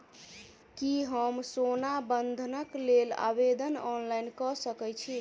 की हम सोना बंधन कऽ लेल आवेदन ऑनलाइन कऽ सकै छी?